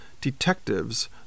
Detectives